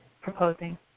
proposing